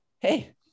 hey